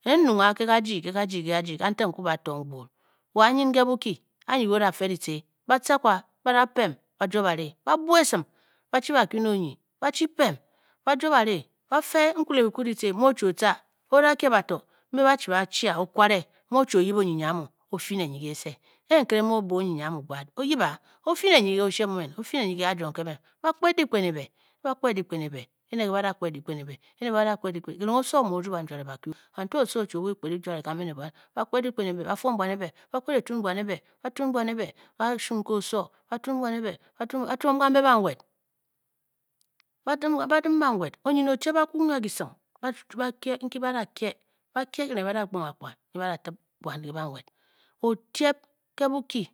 Nn-nyung a ke kajii ke kajii, ke kajii kantik, n-ku m-ba tong gbul, wa nyin ke Bokyi anyi nke o da fe dyitce ba-tca Kpa ba-da pem, ba jwo bare, ba bua esim ba chi ba kyu ne onyi ba chi pem ba jwo bare ba-fe nkule kyiku dyitci mu o. chi otca o da kye bato mbe ba chi ba chi a okware mu o chi o yip onyinyi a mu o fyi ne nyi ke se. ke nker mu o o-be onyinyi amu gbaad o yiba o fyi ne nyi ke oshe mu men, o fyi ne nyi ke kajuu nke men, ba kped dyikpen ebe, ba kped dyikpen ebe, ene nke ba da kped dyikpen ebe o-du o-ca, o-daye bato, A o-kye bato. nyi o-yip e, o-fyn ne nyi ke kyise emen. ke oshe emen, ba-kpet dyikpen ke kaywo nke ehe ene nke ba-kpet dyikpen ene ke badakpet dyipen ede eninga nyi osowo mu o-rgu ng kanbe bakyn ba-kpet dyi-kpen ebe. ba-kpet efwon bwan ebe. ba-kpet etun, ba twom kambe ke bannet onyi ne otyep ba-kpet enwa ne nky otyep ke Bokyi